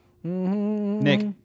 Nick